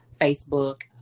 Facebook